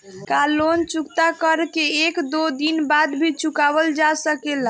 का लोन चुकता कर के एक दो दिन बाद भी चुकावल जा सकेला?